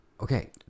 Okay